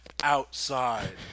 outside